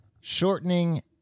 shortening